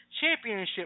Championship